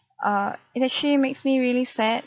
err it actually makes me really sad